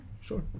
Sure